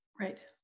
right